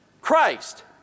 Christ